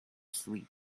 sleep